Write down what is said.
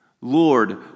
Lord